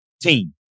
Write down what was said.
team